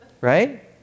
right